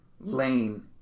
Lane